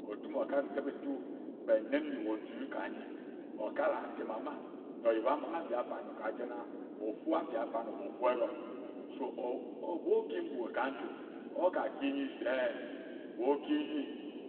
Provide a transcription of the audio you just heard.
Otuma ka ndipe-nju kpe nyin nyi wae oji ka nyi okara atem ama na oyebambinghe mbi afanor kajena ofu abi afanor ofu erom so or obu mbue ka nju oka ki nyi se wae oki nyi